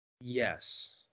Yes